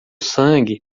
sangue